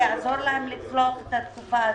זה יעזור להן לצלוח את התקופה הזאת.